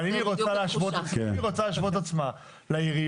אבל אם היא רוצה להשוות את עצמה לעיריות,